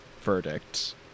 verdict